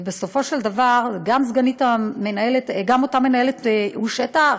ובסופו של דבר גם אותה מנהלת הושעתה,